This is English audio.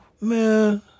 Man